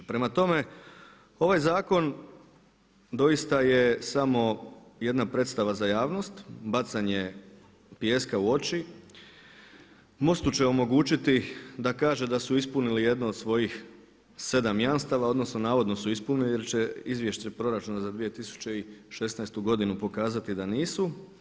Prema tome, ovaj zakon doista je samo jedna predstava za javnost, bacanje pijeska u oči, MOST-u će omogućiti da kaže da su ispunili jednu od svojih sedam jamstava odnosno navodno su ispunili jer će izvješće proračuna za 2016. godinu pokazati da nisu.